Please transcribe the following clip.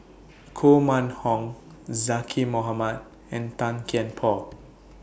Koh Mun Hong Zaqy Mohamad and Tan Kian Por